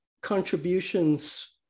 contributions